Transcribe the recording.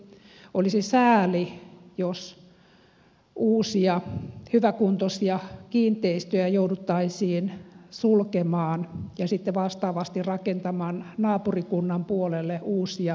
olisi sääli jos uusia hyväkuntoisia kiinteistöjä jouduttaisiin sulkemaan ja sitten vastaavasti rakentamaan naapurikunnan puolelle uusia toimitiloja